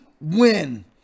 win